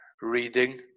reading